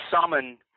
summon